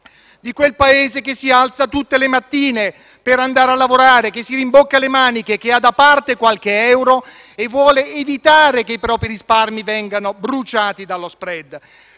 di quel Paese che si alza tutte le mattine per andare a lavorare, che si rimbocca le maniche, che ha da parte qualche euro e vuole evitare che i propri risparmi vengano bruciati dallo *spread.*